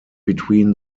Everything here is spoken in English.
between